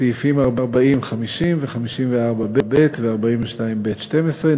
סעיפים 40(50) ו-(54)(ב) ו-42(ב)(12),